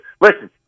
Listen